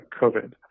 COVID